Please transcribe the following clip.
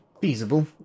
feasible